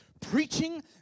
preaching